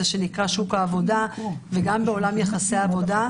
שנקרא שוק העבודה וגם בעולם יחסי עבודה.